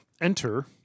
Enter